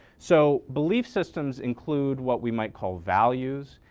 so belief systems include what we might call values,